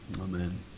amen